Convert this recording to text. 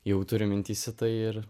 jau turi mintyse tai ir